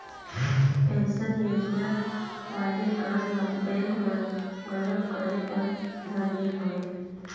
pension योजना वाले काम ल बेंक मन घलोक करे बर धर ले हवय